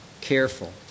careful